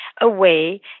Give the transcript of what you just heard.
away